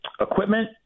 equipment